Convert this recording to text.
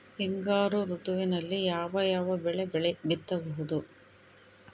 ಹಿಂಗಾರು ಋತುವಿನಲ್ಲಿ ಯಾವ ಯಾವ ಬೆಳೆ ಬಿತ್ತಬಹುದು?